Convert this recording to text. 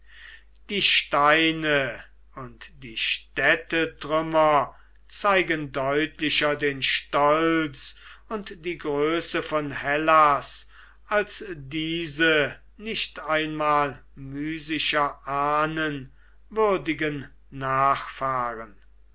die steine und die städtetrümmer zeigen deutlicher den stolz und die größe von hellas als diese nicht einmal mysischer ahnen würdigen nachfahren